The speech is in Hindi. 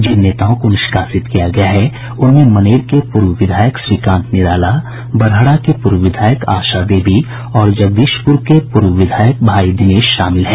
जिन नेताओं को निष्कासित किया गया है उनमें मनेर के पूर्व विधायक श्रीकांत निराला बड़हड़ा की पूर्व विधायक आशा देवी और जगदीशपुर के पूर्व विधायक भाई दिनेश शामिल हैं